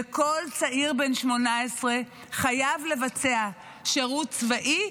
וכל צעיר בן 18 חייב לבצע שירות צבאי,